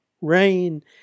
rain